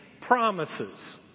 promises